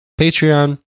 Patreon